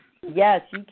Yes